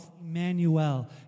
Emmanuel